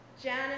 Janice